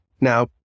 Now